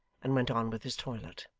and went on with his toilet.